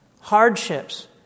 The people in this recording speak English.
hardships